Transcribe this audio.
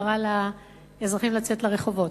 קראה היום לאזרחים לצאת לרחובות.